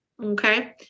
Okay